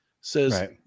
Says